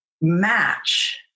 match